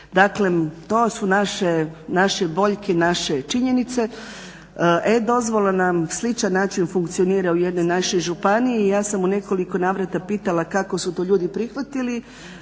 Daklem, to su naše boljke i naše činjenice. E-dozvola na sličan način funkcionira u jednoj našoj županiji. Ja sam u nekoliko navrata pitala kako su to ljudi prihvatili.